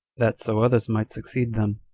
that so others might succeed them.